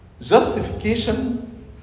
justification